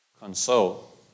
Console